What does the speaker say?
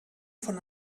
von